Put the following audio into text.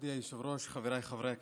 מכובדי היושב-ראש, חבריי חברי הכנסת,